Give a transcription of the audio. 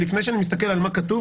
לפני שאני מסתכל על מה שכתוב,